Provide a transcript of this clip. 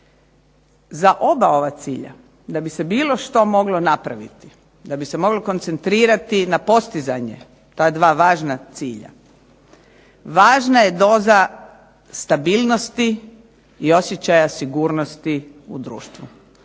Za oba ova cilja da bi se bilo što moglo napraviti, da bi se moglo koncentrirati na postizanje ta dva važna cilja važna je doza stabilnosti i osjećaja sigurnosti u društvu.